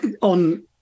on